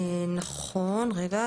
נכון, רגע.